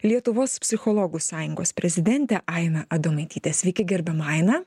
lietuvos psichologų sąjungos prezidentė aina adomaitytė sveiki gerbiama aina